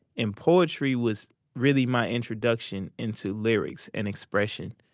and poetry was really my introduction into lyrics and expression.